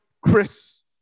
Chris